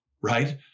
right